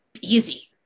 easy